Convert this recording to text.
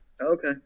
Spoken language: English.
Okay